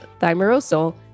Thimerosal